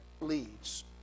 leads